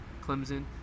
Clemson